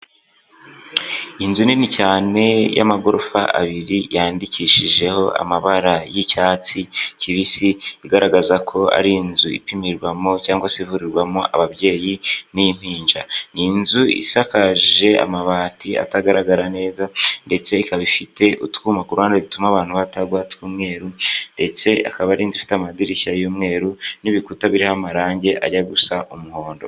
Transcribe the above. Inzu nini cyane y'amagorofa abiri yandikishijeho amabara y'icyatsi kibisi, igaragaza ko ari inzu ipimirwamo cyangwa se ivurirwamo ababyeyi n'impinja. Ni nzu isakaje amabati atagaragara neza, ndetse ikaba ifite utwuma two kuruhande dutuma abantu batagwa tw'umweruru. Ndetse akaba ari nzu ifite amadirishya y'umweru n'ibikuta biririmo amarangi ajya gusa umuhondo.